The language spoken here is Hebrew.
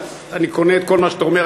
אני קונה את כל מה שאתה אומר.